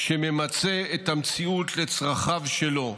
שממצה את המציאות לצרכיו שלו,